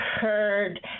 heard